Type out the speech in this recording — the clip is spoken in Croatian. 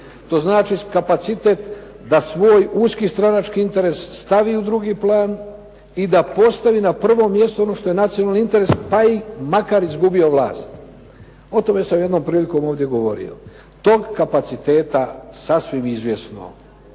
To znači kapacitet da svoj uski stranački interes stavi u drugi plan i da postavi na prvo mjesto ono što je nacionalni interes pa i makar izgubio vlast. O tome sam jednom prilikom ovdje govorio. Tog kapaciteta sasvim izvjesno